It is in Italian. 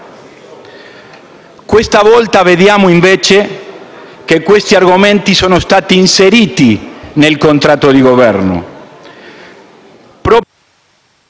Questa volta vediamo invece che questi argomenti sono stati inseriti nel contratto di Governo.